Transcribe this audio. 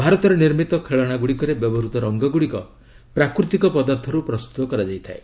ଭାରତରେ ନିର୍ମିତ ଖେଳଶାଗୁଡ଼ିକରେ ବ୍ୟବହୃତ ରଙ୍ଗଗୁଡ଼ିକ ପ୍ରାକୃତିକ ପଦାର୍ଥରୁ ପ୍ରସ୍ତୁତ କରାଯାଇଥାଏ